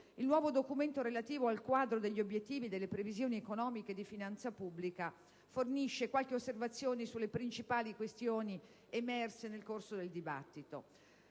il nuovo documento relativo al quadro degli obiettivi e delle previsioni economiche di finanza pubblica fornisce qualche osservazione sulle principali questioni emerse nel corso del dibattito.